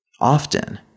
Often